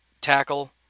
tackle